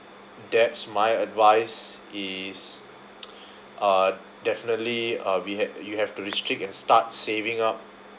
debts my advice is uh definitely uh we had you have to restrict and start saving up